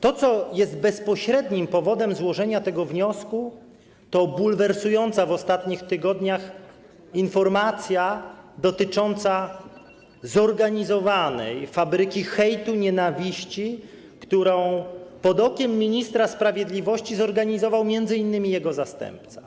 Tym, co jest bezpośrednim powodem złożenia tego wniosku, jest bulwersująca w ostatnich tygodniach informacja dotycząca zorganizowanej fabryki hejtu, nienawiści, którą pod okiem ministra sprawiedliwości zorganizował m.in. jego zastępca.